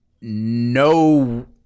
no